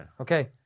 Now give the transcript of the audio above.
Okay